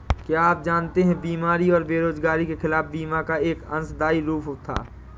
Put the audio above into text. क्या आप जानते है बीमारी और बेरोजगारी के खिलाफ बीमा का एक अंशदायी रूप था?